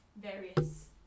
various